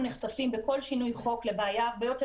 נחשפים בכל שינוי חוק לבעיה הרבה יותר